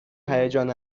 هیجان